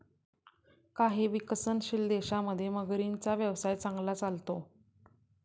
काही विकसनशील देशांमध्ये मगरींचा व्यवसाय चांगला चालतो